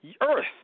Earth